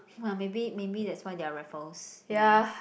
!wah! maybe maybe that's why they are Raffles you know